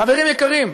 חברים יקרים,